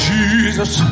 Jesus